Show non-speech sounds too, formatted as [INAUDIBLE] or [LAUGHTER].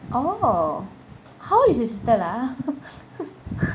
oh how old is your sister ah [LAUGHS]